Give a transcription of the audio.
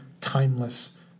timeless